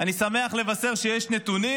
אני שמח לבשר שיש נתונים.